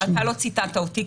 ------ לא ציטטת אותי,